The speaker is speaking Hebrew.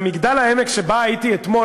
שבה הייתי אתמול,